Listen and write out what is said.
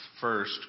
first